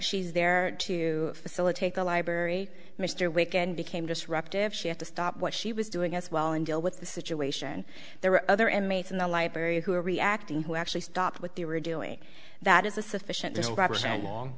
she's there to facilitate the library mr wake and became disruptive she had to stop what she was doing as well and deal with the situation there were other inmates in the library who were reacting who actually stopped what they were doing that is a sufficient just represent long